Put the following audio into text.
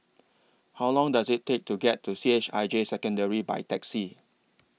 How Long Does IT Take to get to C H I J Secondary By Taxi